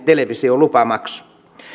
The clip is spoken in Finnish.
televisiolupamaksu